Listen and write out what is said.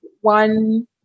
one